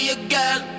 again